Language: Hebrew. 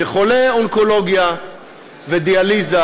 שחולי אונקולוגיה ודיאליזה,